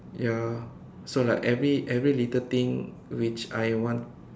ya so like every every little thing which I want